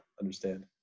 understand